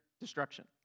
destruction